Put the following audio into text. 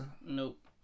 Nope